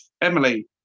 emily